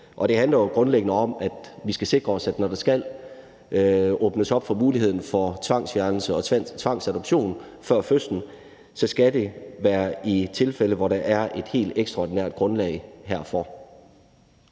Det handler jo grundlæggende om, at vi skal sikre os, at når der skal åbnes op for muligheden for tvangsfjernelse og tvangsadoption før fødslen, så skal det være i tilfælde, hvor der er et helt ekstraordinært grundlag herfor.